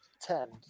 Ten